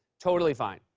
totally fine.